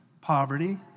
Poverty